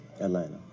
Atlanta